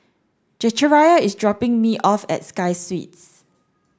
Zechariah is dropping me off at Sky Suites